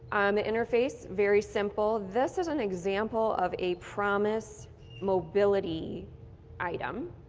the interface, very simple. this is an example of a promis mobility item.